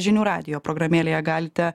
žinių radijo programėlėje galite